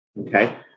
Okay